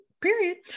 period